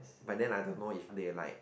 but then I don't know if they like